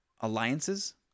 Alliances